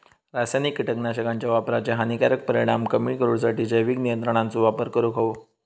रासायनिक कीटकनाशकांच्या वापराचे हानिकारक परिणाम कमी करूसाठी जैविक नियंत्रणांचो वापर करूंक हवो